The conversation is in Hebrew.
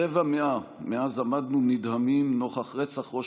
רבע מאה מאז עמדנו נדהמים נוכח רצח ראש